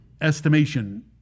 estimation